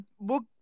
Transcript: book